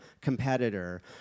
competitor